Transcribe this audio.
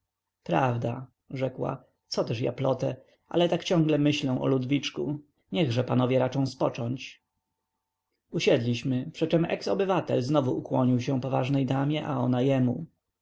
prawda rzekła coteż ja plotę ale tak ciągle myślę o ludwiczku niechże panowie raczą spocząć usiedliśmy przyczem eks-obywatel znowu ukłonił się poważnej damie a ona jemu